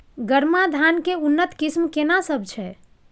गरमा धान के उन्नत किस्म केना सब छै?